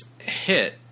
hit